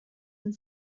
and